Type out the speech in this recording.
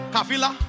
Kafila